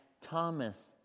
Thomas